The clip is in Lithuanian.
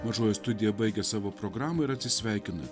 mažoji studija baigia savo programą ir atsisveikina